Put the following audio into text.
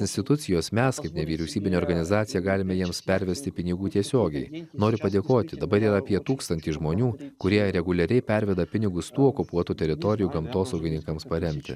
institucijos mes kaip nevyriausybinė organizacija galime jiems pervesti pinigų tiesiogiai noriu padėkoti dabar yra apie tūkstantį žmonių kurie reguliariai perveda pinigus tų okupuotų teritorijų gamtosaugininkams paremti